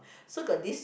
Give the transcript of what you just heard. so got this